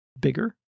bigger